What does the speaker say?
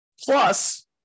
Plus